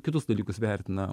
kitus dalykus vertina